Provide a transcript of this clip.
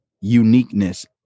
uniqueness